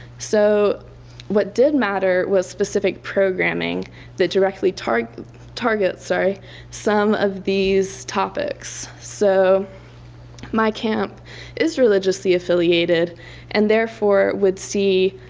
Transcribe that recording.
so what did matter was specific programming that directly targets targets some of these topics. so my camp is religiously affiliated and therefore would see